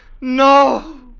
No